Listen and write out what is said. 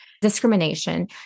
discrimination